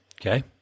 Okay